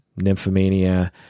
nymphomania